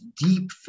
deep